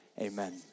Amen